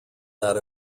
that